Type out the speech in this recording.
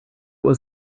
was